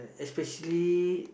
especially